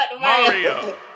Mario